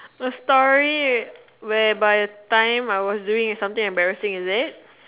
the story whereby the time I was doing something embarrassing is it